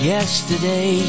Yesterday